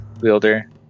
wielder